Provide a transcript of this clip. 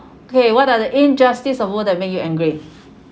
okay what are the injustice of world that make you angry